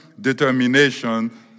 determination